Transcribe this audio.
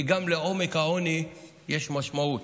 כי גם לעומק העוני יש משמעות.